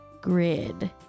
grid